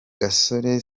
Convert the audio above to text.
gasore